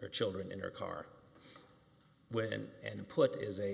her children in her car when and put is a